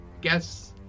guess